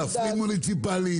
להפריד מוניציפלית,